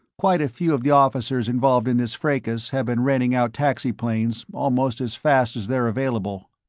quite a few of the officers involved in this fracas have been renting out taxi-planes almost as fast as they're available.